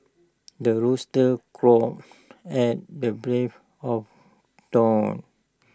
the rooster crows at the breve of dawn